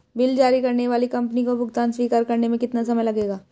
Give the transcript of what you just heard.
Bill जारी करने वाली कंपनी को भुगतान स्वीकार करने में कितना समय लगेगा?